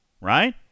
right